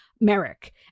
Merrick